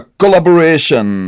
collaboration